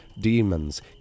demons